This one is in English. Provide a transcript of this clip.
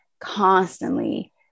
constantly